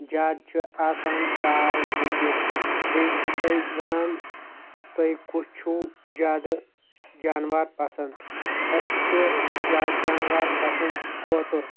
زیادٕ چھِ آسان کاو ییٚتہِ بیٚیہِ چھُ تۄہِہ وَنان تۄہِہ کُس چھُو زیادٕ جانوار پَسنٛد اَسہِ چھُ زیادٕ جانوار پَسنٛد کوتُر